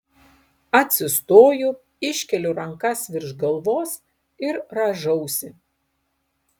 atsistoju iškeliu rankas virš galvos ir rąžausi